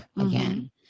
again